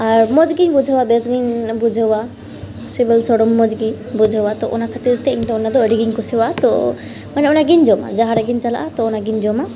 ᱟᱨ ᱢᱚᱡᱽᱜᱮᱧ ᱵᱩᱡᱷᱟᱹᱣᱟ ᱵᱮᱥᱜᱮᱧ ᱵᱩᱡᱷᱟᱹᱣᱟ ᱥᱤᱵᱤᱞ ᱥᱚᱲᱚᱢ ᱢᱚᱡᱽᱜᱮᱧ ᱵᱩᱡᱷᱟᱹᱣᱟ ᱛᱳ ᱚᱱᱟ ᱠᱷᱟᱹᱛᱤᱨᱛᱮ ᱤᱧᱫᱚ ᱚᱱᱟᱫᱚ ᱟᱹᱰᱤᱜᱮᱧ ᱠᱩᱥᱤᱣᱟᱜᱼᱟ ᱛᱳ ᱢᱟᱱᱮ ᱚᱱᱟᱜᱮᱧ ᱡᱚᱢᱟ ᱡᱟᱦᱟᱸ ᱨᱮᱜᱮᱧ ᱪᱟᱞᱟᱜᱼᱟ ᱛᱳ ᱚᱱᱟᱜᱮᱧ ᱡᱚᱢᱟ